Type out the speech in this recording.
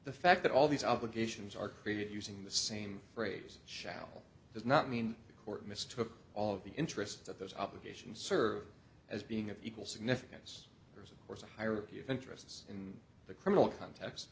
the fact that all these obligations are created using the same phrase shall does not mean the court mistook all of the interests of those obligations served as being of equal significance there is of course a hierarchy of interests in the criminal context